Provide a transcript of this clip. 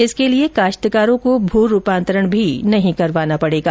इसके लिए काश्तकारों को भू रूपांतरण भी नहीं करवाना पड़ेगा